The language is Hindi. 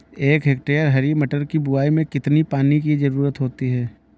एक हेक्टेयर हरी मटर की बुवाई में कितनी पानी की ज़रुरत होती है?